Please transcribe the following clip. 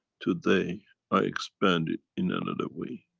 today i expand it in another way.